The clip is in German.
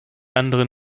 anderen